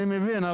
אני מבין,